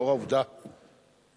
לאור העובדה שחברתי,